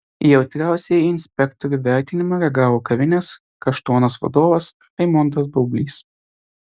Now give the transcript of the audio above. jautriausiai į inspektorių vertinimą reagavo kavinės kaštonas vadovas raimondas baublys